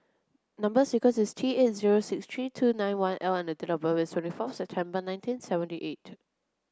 number sequence is T eight zero six three two nine one L and date of birth is twenty fourth September nineteen seventy eight